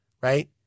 right